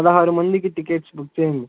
పదహారు మందికి tickets book చేయండి